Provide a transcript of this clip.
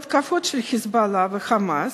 התקפות של "חיזבאללה" ו"חמאס"